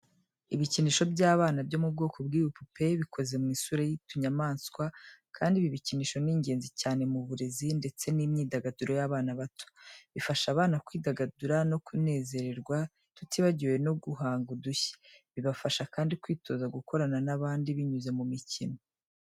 Ibikinisho by’abana byo mu bwoko bw'ibipupe bikoze mu isura y'utunyamaswa kandi ibi bikinisho ni ingenzi cyane mu burezi ndetse n’imyidagaduro y’abana bato. Bifasha abana kwidagadura no kunezerwa tutibagiwe no guhanga udushya. Bibafasha kandi kwitoza gukorana n’abandi binyuze mu mikino.